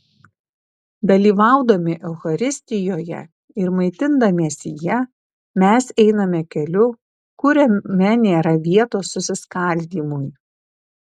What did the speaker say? dalyvaudami eucharistijoje ir maitindamiesi ja mes einame keliu kuriame nėra vietos susiskaldymui